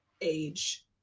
age